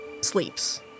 sleeps